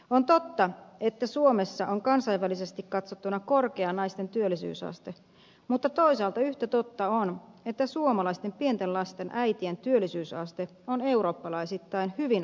on totta että suomessa on kansainvälisesti katsottuna korkea naisten työllisyysaste mutta toisaalta yhtä totta on että suomalaisten pienten lasten äitien työllisyysaste on eurooppalaisittain hyvin alhainen